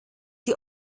die